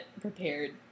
prepared